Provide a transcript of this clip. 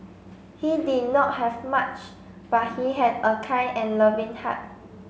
he did not have much but he had a kind and loving heart